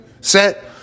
set